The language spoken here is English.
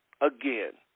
Again